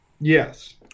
Yes